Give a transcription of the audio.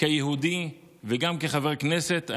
כיהודי וגם כחבר כנסת,